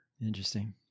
Interesting